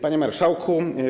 Panie Marszałku!